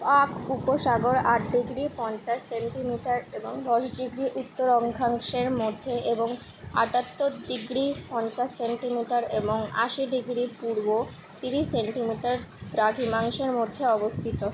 পাক উপসাগর আট ডিগ্রি পঞ্চাশ সেন্টিমিটার এবং দশ ডিগ্রি উত্তর অক্ষাংশের মধ্যে এবং আটাত্তর ডিগ্রি পঞ্চাশ সেন্টিমিটার এবং আশি ডিগ্রি পূর্ব তিরিশ সেন্টিমিটার দ্রাঘিমাংশের মধ্যে অবস্থিত